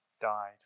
died